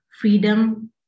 freedom